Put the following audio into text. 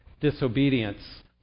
disobedience